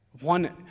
One